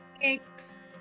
thanks